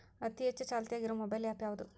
ಅತಿ ಹೆಚ್ಚ ಚಾಲ್ತಿಯಾಗ ಇರು ಮೊಬೈಲ್ ಆ್ಯಪ್ ಯಾವುದು?